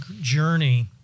journey